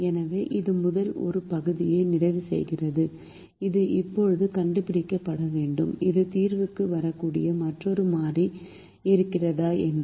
எனவே இது முதல் ஒரு பகுதியை நிறைவு செய்கிறது இது இப்போது கண்டுபிடிக்கப்பட வேண்டும் இது தீர்வுக்கு வரக்கூடிய மற்றொரு மாறி இருக்கிறதா என்று